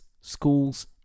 schools